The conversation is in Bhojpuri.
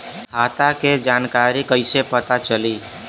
खाता के जानकारी कइसे पता चली?